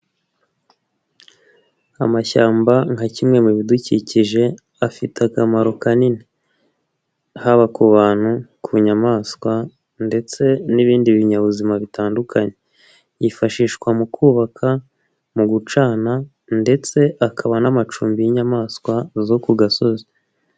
Amashyamba nka kimwe mu bidukikije afite akamaro kanini, haba ku bantu ku nyamaswa, ndetse n'ibindi binyabuzima bitandukanye, yifashishwa mu kubaka mu gucana ndetse akaba n'amacumbi y'inyamaswa zo ku gasozi.